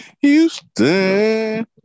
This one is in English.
Houston